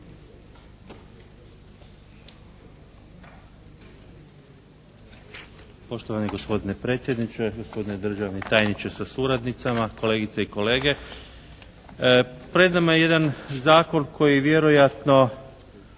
Poštovani gospodine predsjedniče, gospodine državni tajniče sa suradnicama, kolegice i kolege. Pred nama je jedan zakon koji vjerojatno